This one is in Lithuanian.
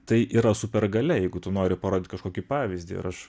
tai yra supergalia jeigu tu nori parodyt kažkokį pavyzdį ir aš